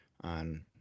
on